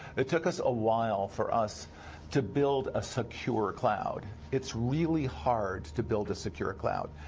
it took us a while for us to build a secure cloud. it's really hard to build a secure cloud.